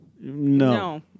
No